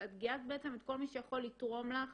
את גייסת בעצם את כל מי שיכול לתרום לך